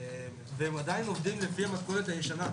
הם עדיין עובדים לפי המתכונת הישנה.